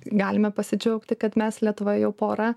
galime pasidžiaugti kad mes lietuva jau porą